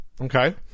Okay